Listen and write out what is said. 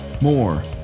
More